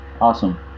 Awesome